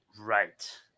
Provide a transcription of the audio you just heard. Right